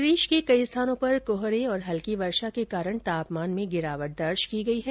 प्रदेश के कई स्थानों पर कोहरे और हल्की वर्षा के कारण तापमान में गिरावट दर्ज की गई है